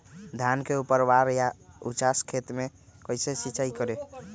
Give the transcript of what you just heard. धान के ऊपरवार या उचास खेत मे कैसे सिंचाई करें?